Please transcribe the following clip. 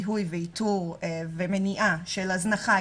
זיהוי ואיתור ומניעה של הזנחה,